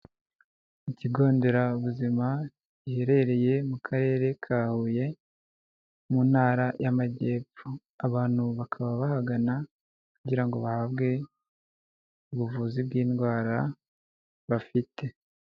Ikigo nderabuzima giherereye mu karere ka Huye mu ntara y'Amajyepfo abantu bakaba bahagana kugira ngo bahabwe ubuvuzi bw'indwara bafite.